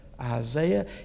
Isaiah